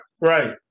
right